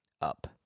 up